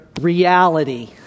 reality